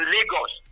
Lagos